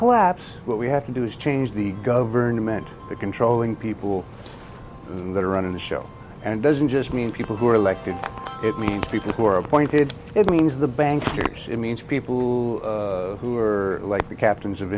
collapse what we have to do is change the government the controlling people that are running the show and doesn't just mean people who are elected it means people who are appointed it means the bankers it means people who are like the captains of